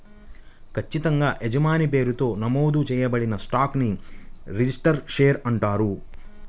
ఖచ్చితంగా యజమాని పేరుతో నమోదు చేయబడిన స్టాక్ ని రిజిస్టర్డ్ షేర్ అంటారు